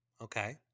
Okay